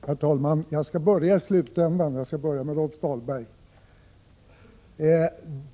Herr talman! Jag skall börja i slutändan, med Rolf Dahlberg.